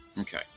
Okay